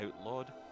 outlawed